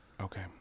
Okay